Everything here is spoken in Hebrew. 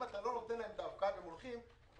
אם אתה לא נותן להם את ההפקעה והם הולכים אז